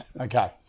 Okay